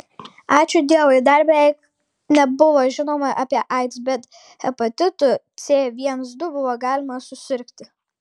ačiū dievui dar beveik nebuvo žinoma apie aids bet hepatitu c viens du buvo galima susirgti